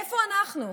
איפה אנחנו?